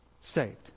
saved